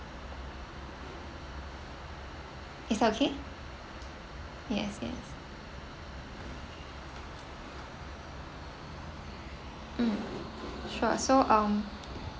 is that okay yes yes mm sure so um